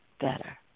better